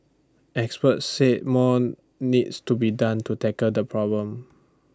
experts said more needs to be done to tackle the problem